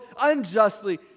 unjustly